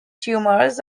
tumors